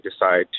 decide